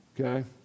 Okay